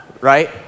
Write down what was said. right